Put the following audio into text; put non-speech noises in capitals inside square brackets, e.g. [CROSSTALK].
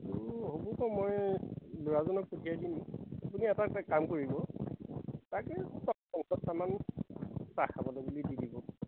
ত হ'বতো মই ল'ৰাজনক পঠিয়াই দিম আপুনি এটা কাম কৰিব তাকে [UNINTELLIGIBLE] চাহ খাবলে বুলি দি দিব